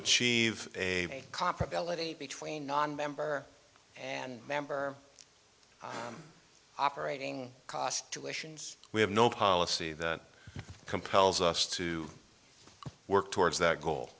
achieve a comparability between nonmember and member operating costs we have no policy that compels us to work towards that goal